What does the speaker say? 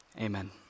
amen